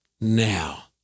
now